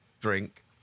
drink